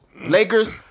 Lakers